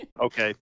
Okay